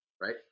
right